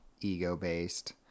ego-based